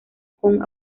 con